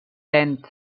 dent